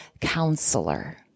counselor